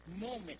moment